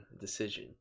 decision